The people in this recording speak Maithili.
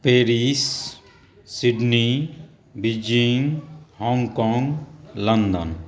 Paris Sydney Beijing Hong Kong London